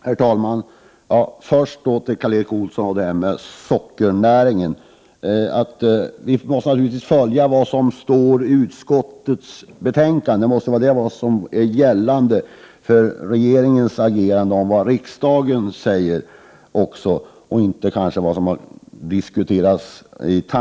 Herr talman! Först några ord till Karl Erik Olsson om sockernäringen. Vad 2 juni 1989 som står i utskottets betänkande måste naturligtvis följas. Det som gäller för regeringens agerande måste vara vad riksdagen säger, inte andra tankar som kanske har diskuterats.